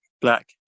black